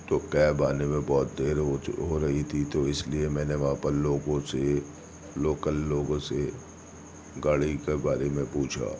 تو کیب آنے میں بہت دیر ہو چو ہو رہی تھی تو اس لیے میں نے وہاں پر لوگوں سے لوکل لوگوں سے گاڑی کے بارے میں پوچھا